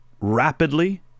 rapidly